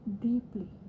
deeply